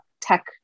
tech